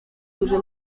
którzy